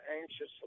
anxiously